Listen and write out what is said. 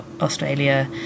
Australia